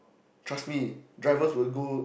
trust me drivers will go